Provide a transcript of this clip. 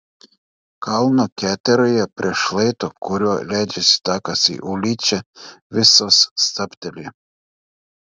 kalno keteroje prie šlaito kuriuo leidžiasi takas į ulyčią visos stabteli